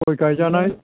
गय गायजानाय